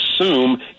assume